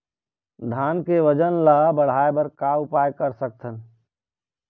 धान के वजन ला बढ़ाएं बर का उपाय कर सकथन?